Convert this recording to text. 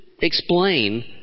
explain